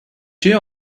two